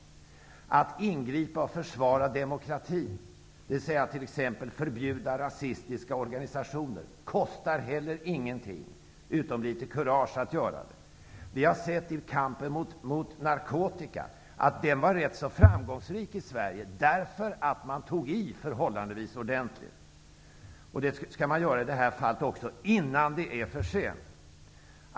Att ingripa och att försvara demokratin, t.ex. förbjuda rasistiska organisationer, kostar heller ingenting, utom litet kurage att göra det. Vi har sett att kampen mot narkotikan var rätt framgångsrik i Sverige, därför att man tog i förhållandevis ordentligt. Det skall man göra i det här fallet också, innan det är för sent.